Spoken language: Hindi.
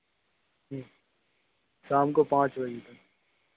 शाम को पाँच बजे तक